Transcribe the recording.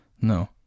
No